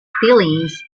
feelings